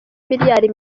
miliyari